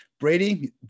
Brady